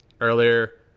earlier